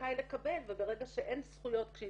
זכאי לקבל וברגע שאין זכויות כשהיא